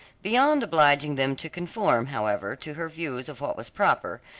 beyond obliging them to conform, however, to her views of what was proper,